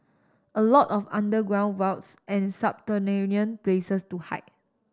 a lot of underground vaults and subterranean places to hide